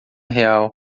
real